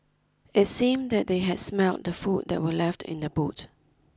it seemed that they had smelt the food that were left in the boot